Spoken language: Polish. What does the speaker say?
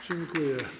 Dziękuję.